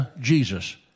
Jesus